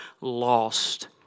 lost